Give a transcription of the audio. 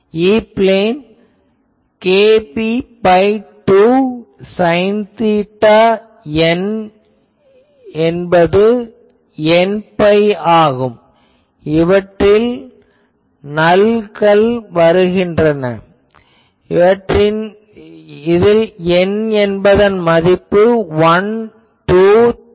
E plane kb2 sine theta n என்பது nπ ஆகும் இவற்றில் நல்ஸ் வருகின்றன இதில் n ன் மதிப்பு 1 2 3